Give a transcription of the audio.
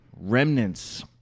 remnants